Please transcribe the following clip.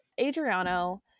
Adriano